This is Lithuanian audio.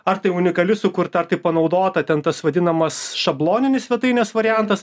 ar tai unikali sukurta ar tai panaudota ten tas vadinamas šabloninis svetainės variantas